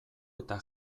eta